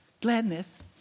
Gladness